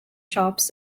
shops